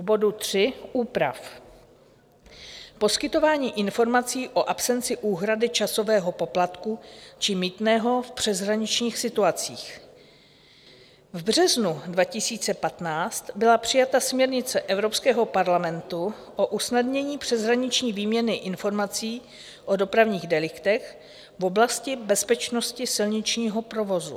K bodu 3 úprav poskytování informací o absenci úhrady časového poplatku či mýtného v přeshraničních situacích: v březnu 2015 byla přijata směrnice Evropského parlamentu o usnadnění přeshraniční výměny informací o dopravních deliktech v oblasti bezpečnosti silničního provozu.